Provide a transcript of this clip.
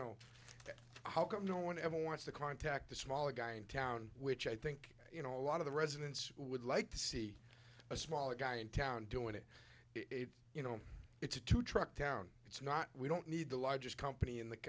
know how come no one ever wants to contact the smaller guy in town which i think you know a lot of the residents would like to see a smaller guy in town doing it you know it's a two track town it's not we don't need the largest company in